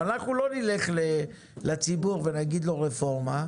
אנחנו לא נלך לציבור ונגיד לו רפורמה.